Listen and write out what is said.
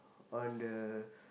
on the